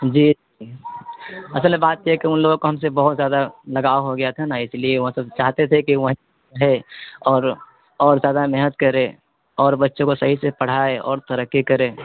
جی اصل بات یہ کہ ان لوگ کو ہم سے بہت زیادہ لگاؤ ہو گیا تھا نا اس لیے وہاں سب چاہتے تھے کہ وہیںھے اور اور زیادہ محنت کرے اور بچوں کو صحیح سے پڑھائے اور ترقی کرے